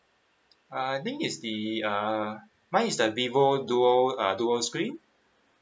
I think is the uh mine is the Vivo dual uh dual screen